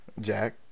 Jack